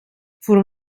voor